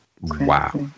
wow